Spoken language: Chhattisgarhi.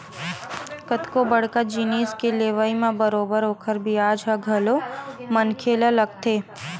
कतको बड़का जिनिस के लेवई म बरोबर ओखर बियाज ह घलो मनखे ल लगथे